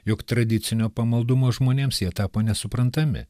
jog tradicinio pamaldumo žmonėms jie tapo nesuprantami